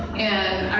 and